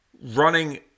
running